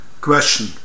Question